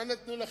מה נתנו לכם?